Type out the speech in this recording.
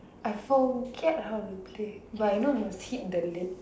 I forget how to play but I know must hit the legs